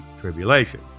tribulation